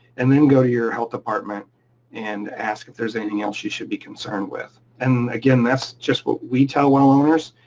and then go to your health department and ask if there's anything else you should be concerned with. and again, that's just what we tell well owners,